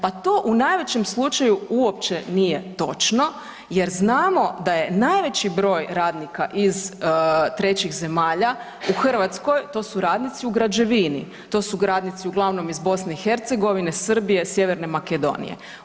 Pa to u najvećem slučaju uopće nije točno jer znamo da je najveći broj radnika iz trećih zemalja u Hrvatskoj, to su radnici u građevini, to su radnici uglavnom iz BiH, Srbije, Sjeverne Makedonije.